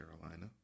Carolina